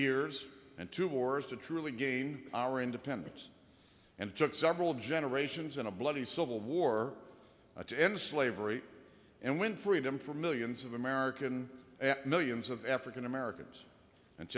years and two wars to truly gain our independence and took several generations in a bloody civil war to enslave very and when freedom for millions of american at millions of african americans and